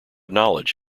knowledge